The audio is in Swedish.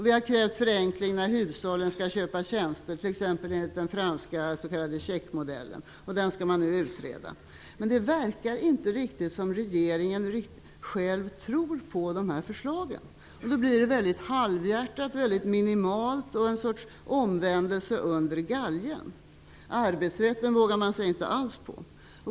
Vi har krävt en förenkling när hushållen skall köpa tjänster, t.ex. enligt den franska s.k. checkmodellen. Detta skall nu utredas. Men det verkar inte riktigt som om regeringen själv tror på förslagen. Det blir därför väldigt halvhjärtat och minimalt - en sorts omvändelse under galgen. Arbetsrätten vågar man sig inte alls på.